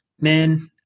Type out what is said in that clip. men